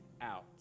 out